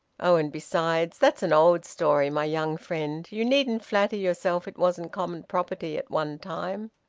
oh! and besides, that's an old story, my young friend. you needn't flatter yourself it wasn't common property at one time.